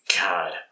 God